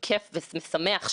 ברגולציה על המערכת הפיננסית,